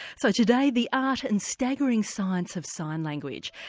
so today, the art and staggering science of sign language,